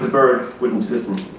birds wouldn't listen.